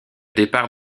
départ